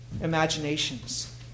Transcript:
imaginations